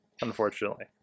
unfortunately